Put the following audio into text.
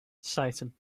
satan